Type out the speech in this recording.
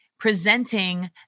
presenting